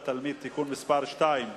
(תיקון מס' 3)